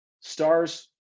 stars